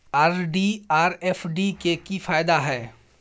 RD आर FD के की फायदा हय?